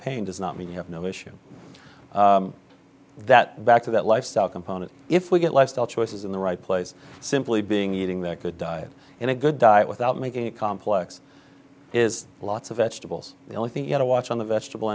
pain does not mean you have no issue that back to that lifestyle component if we get lifestyle choices in the right place simply being eating that good diet and a good diet without making it complex is lots of vegetables the only thing you got to watch on the vegetable